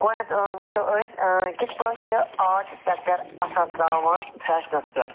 گۄڈنٮ۪تھ وٕچھو أسۍ کِتھ پٲٹھۍ چھِ آرٹ سٮ۪کٹر اثر تراوان فٮ۪شنس پٮ۪ٹھ